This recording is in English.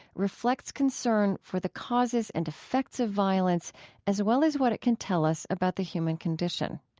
reflects concern for the causes and effects of violence as well as what it can tell us about the human condition.